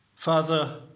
Father